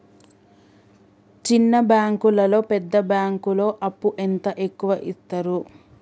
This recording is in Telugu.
చిన్న బ్యాంకులలో పెద్ద బ్యాంకులో అప్పు ఎంత ఎక్కువ యిత్తరు?